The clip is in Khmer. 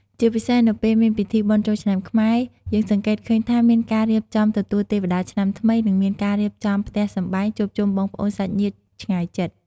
ជាពិសេសនៅពេលមានពិធីបុណ្យចូលឆ្នាំខ្មែរ យើងសង្កេតឃើញថាមានការរៀបចំទទួលទេវតាឆ្នាំថ្មី ដែលមានការរៀបចំផ្ទះសម្បែង ជួបជុំបងប្អូនសាច់ញាតិឆ្ងាយជិត។